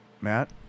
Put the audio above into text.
Matt